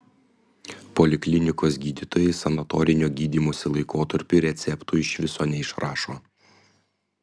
poliklinikos gydytojai sanatorinio gydymosi laikotarpiui receptų iš viso neišrašo